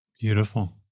Beautiful